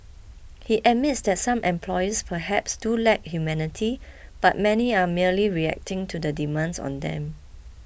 he admits that some employers perhaps do lack humanity but many are merely reacting to the demands on them